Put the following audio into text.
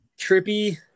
trippy